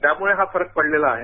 त्यामुळे हा फरक पडलेला आहे